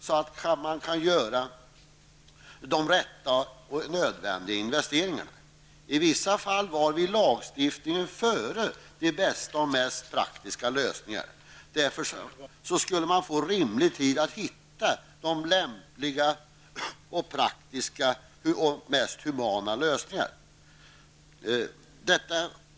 Då kan man göra de rätta och nödvändiga investeringarna. I vissa fall var vi när det gällde lagstiftningen före med de bästa och mest praktiska lösningarna. Man skulle därför få rimlig tid på sig att hitta de mest lämpliga och humana lösningarna.